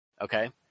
Okay